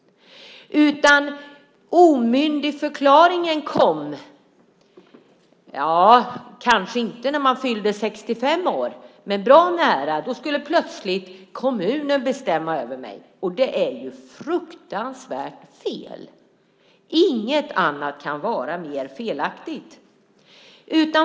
Omyndigförklaringen kom kanske inte när man fyllde 65 år, men bra nära. Då skulle plötsligt kommunen bestämma över mig, och det är ju fruktansvärt fel. Inget annat kan vara mer felaktigt.